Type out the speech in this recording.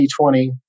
2020